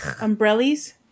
umbrellas